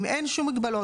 אם אין שום מגבלות,